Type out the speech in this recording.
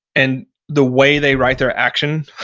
and the way they write their action,